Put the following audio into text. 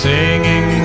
Singing